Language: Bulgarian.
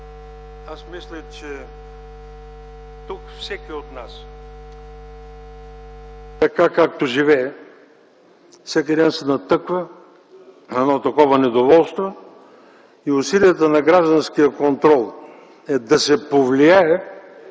Аз мисля, че тук всеки от нас, така както живее, всеки ден се натъква на едно такова недоволство и усилията на гражданския контрол са да се повлияе